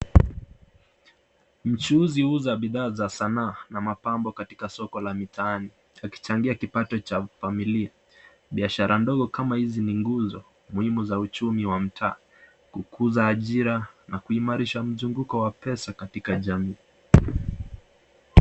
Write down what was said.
Mchuuzi huuza bidhaa za sanaa na mapambo katika soko la mitaani, akichangia kipato cha familia. Biashara ndogo kama hizi ni nguzo muhimu za uchumi wa mtaa, kukuza ajira na kuimarisha mzunguko wa pesa katika jamii.